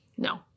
no